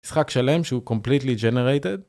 משחק שלם שהוא Completely Generated